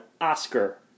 Oscar